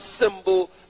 symbol